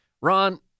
Ron